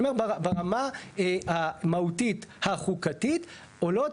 אני אומר ברמה המהותית החוקתית עולות